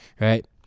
right